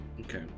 Okay